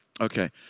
Okay